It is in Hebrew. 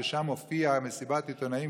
ושם הופיע במסיבת עיתונאים